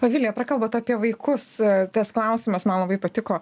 o vilija prakalbot apie vaikus tas klausimas man labai patiko